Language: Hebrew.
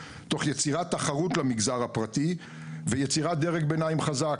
תוך יצירת תחרות למגזר הפרטי ויצירת דרג בינתיים חזק.